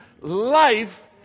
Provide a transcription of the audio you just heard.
life